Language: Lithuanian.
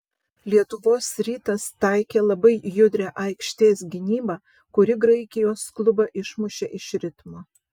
lietuvos rytas taikė labai judrią aikštės gynybą kuri graikijos klubą išmušė iš ritmo